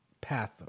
path